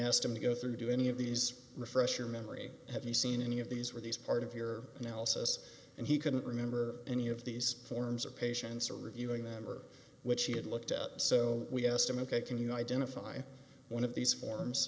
asked him to go through do any of these refresh your memory have you seen any of these where these part of your analysis and he couldn't remember any of these forms or patients or reviewing them or which he had looked at so we asked him ok can you identify one of these forms